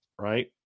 right